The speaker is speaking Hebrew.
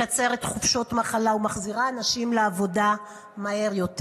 מקצרת חופשות מחלה ומחזירה אנשים לעבודה מהר יותר,